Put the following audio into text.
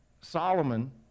Solomon